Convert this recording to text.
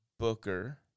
Booker